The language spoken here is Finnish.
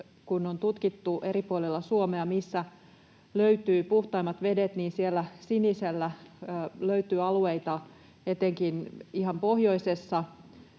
kun on tutkittu eri puolilla Suomea, mistä löytyvät puhtaimmat vedet, niin sieltä löytyy sinisellä alueita etenkin ihan pohjoisessa